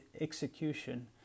execution